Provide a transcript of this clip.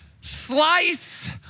Slice